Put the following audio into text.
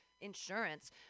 insurance